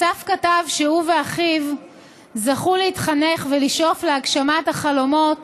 אסף כתב שהוא ואחיו זכו להתחנך לשאוף להגשמת החלומות